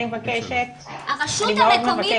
אני מבקשת --- הרשות המקומית,